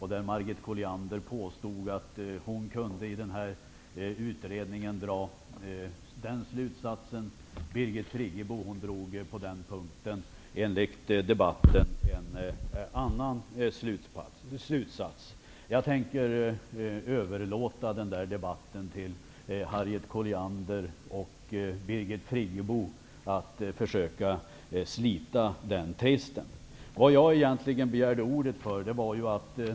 Harriet Colliander påstod att hon av utredningen kunde dra den slutsatsen, medan Birgit Friggebo drog en annan slutsats. Jag tänker överlåta den debatten till Harriet Colliander och Birgit Friggebo och låta dem slita den tvisten. Vad jag egentligen begärde ordet för var följande.